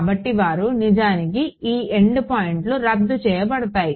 కాబట్టి వారు నిజానికి ఈ ఎండ్పాయింట్లు రద్దు చేయబడతాయి